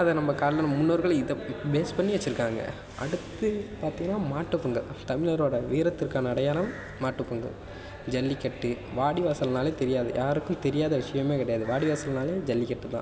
அதை நம்ம முன்னோர்கள் இதை பேஸ் பண்ணி வச்சுருக்காங்க அடுத்து பார்த்திங்கனா மாட்டுப்பொங்கல் தமிழரோட வீரத்திற்கான அடையாளம் மாட்டுப்பொங்கல் ஜல்லிக்கட்டு வாடிவாசல்னாலே தெரியாது யாருக்கும் தெரியாத விஷயமே கிடையாது வாடி வாசல்னாலே ஜல்லிக்கட்டு தான்